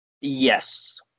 Yes